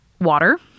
Water